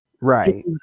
right